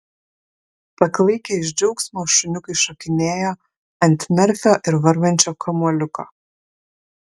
paklaikę iš džiaugsmo šuniukai šokinėjo ant merfio ir varvančio kamuoliuko